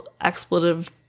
expletive